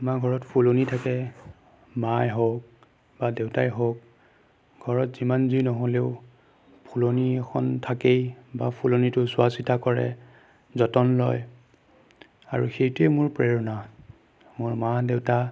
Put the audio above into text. আমাৰ ঘৰত ফুলনি থাকে মায়েই হওক বা দেউতাই হওক ঘৰত যিমান যি নহ'লেও ফুলনি এখন থাকেই বা ফুলনিটো চোৱা চিতা কৰে যতন লয় আৰু সেইটোৱে মোৰ প্ৰেৰণা মোৰ মা দেউতা